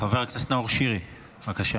חבר הכנסת נאור שירי, בבקשה.